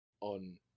on